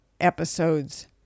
episodes